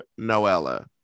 Noella